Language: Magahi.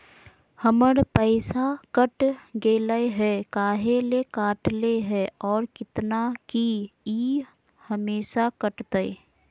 हमर पैसा कट गेलै हैं, काहे ले काटले है और कितना, की ई हमेसा कटतय?